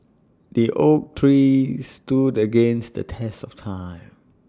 the oak tree stood against the test of time